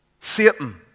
Satan